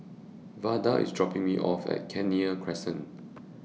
Vada IS dropping Me off At Kenya Crescent